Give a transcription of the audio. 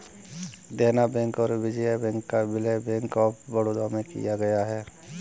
देना बैंक और विजया बैंक का विलय बैंक ऑफ बड़ौदा में किया गया है